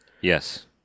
Yes